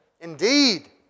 indeed